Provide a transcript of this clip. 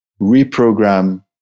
reprogram